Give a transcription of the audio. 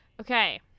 Okay